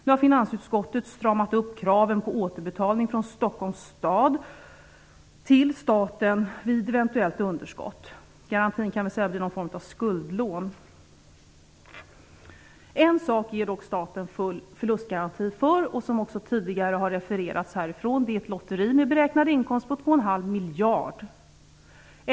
Nu har finansutskottet stramat upp kraven på återbetalning från Stockholms stad till staten vid eventuellt underskott. Garantin kan i stället bli en form av skuldlån. En sak ger dock staten full förlustgaranti för, och det är - som det också tidigare har refererats till härifrån - ett lotteri med en beräknad inkomst om 2 1⁄2 miljard.